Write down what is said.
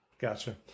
Gotcha